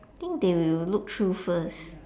I think they will look through first